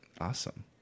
Awesome